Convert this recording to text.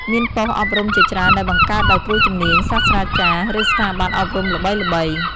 មានប៉ុស្តិ៍អប់រំជាច្រើនដែលបង្កើតដោយគ្រូជំនាញ សាស្ត្រាចារ្យ ឬស្ថាប័នអប់រំល្បីៗ។